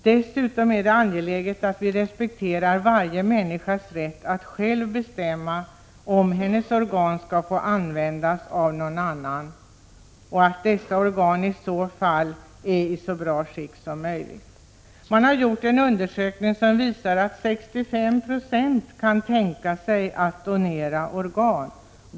Dessutom är det angeläget att vi respekterar varje människas rätt att själv bestämma om hennes organ skall få användas av någon annan. Det är viktigt att dessa organ i så fall är i så bra skick som möjligt. Det har gjorts en undersökning som visar att 65 90 kan tänka sig att donera organ.